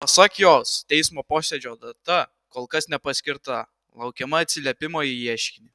pasak jos teismo posėdžio data kol kas nepaskirta laukiama atsiliepimo į ieškinį